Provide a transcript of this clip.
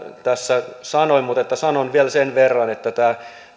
sanoin mutta sanon vielä sen verran että tämä